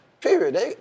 Period